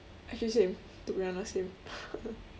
actually same to be honest same